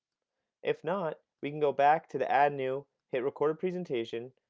if not we can go back to the add new, hit record a presentation,